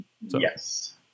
Yes